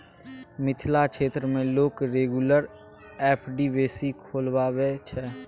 मिथिला क्षेत्र मे लोक रेगुलर एफ.डी बेसी खोलबाबै छै